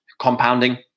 compounding